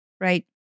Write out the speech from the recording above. right